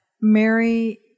Mary